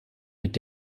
mit